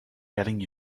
getting